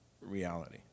reality